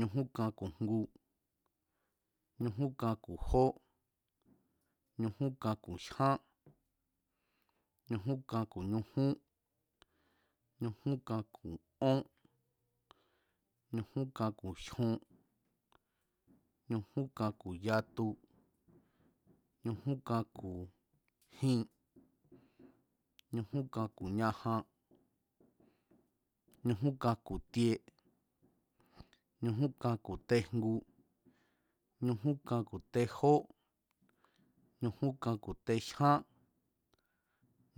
Ñujún kan ku̱ jngu, ñujún kan ku̱ jó, ñujún kan ku̱ jyán, ñujún kan ku̱ ñujún, ñujún kan ku̱ ón, ñujún kan ku̱ jyon, ñujún kan ku̱ yatu, ñujún kan ku̱ jin, ñujún kan ku̱ ñajan, ñujún kan ku̱ tie, ñujún kan ku̱ tejngu ñujún kan ku̱ tejó, ñujún kan ku̱ tejyán,